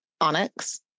onyx